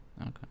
Okay